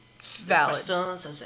Valid